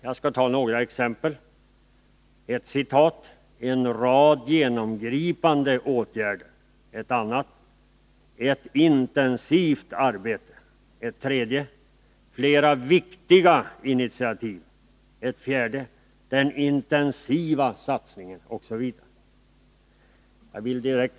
Låt mig ge några exempel: ”En rad genomgripande åtgärder”, ”ett intensivt arbete”, ”flera viktiga initiativ”, ”den intensiva satsningen”, osv.